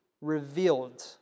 revealed